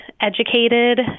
educated